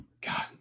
God